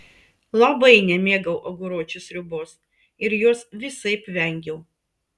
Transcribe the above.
labai nemėgau aguročių sriubos ir jos visaip vengiau